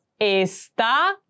está